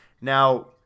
Now